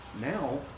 now